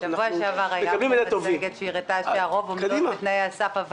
אנחנו --- שבוע שעבר הייתה כאן מצגת שהראתה שהרוב עומדות בתנאי הסף,